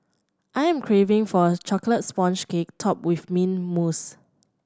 I am craving for a chocolate sponge cake topped with mint mousse